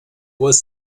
was